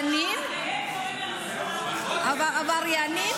"עבריינים" --- צגה, הם קוראים לנו "מכונת רעל".